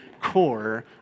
core